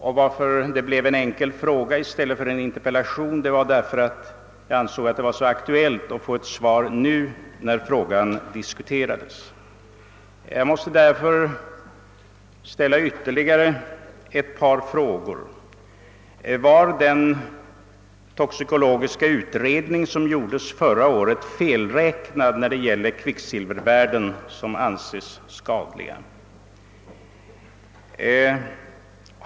Att jag framställde en enkel fråga i stället för en interpellation berodde på att jag fann det så angeläget att frågan blev diskuterad medan den var aktuell. Jag vill nu ställa ytterligare ett par frågor. Var den toxikologiska utredning som gjordes förra året felräknad när det gäller kvicksilvervärden som anses skadliga?